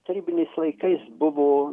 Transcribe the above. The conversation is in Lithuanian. tarybiniais laikais buvo